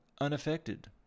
unaffected